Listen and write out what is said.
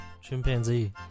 Chimpanzee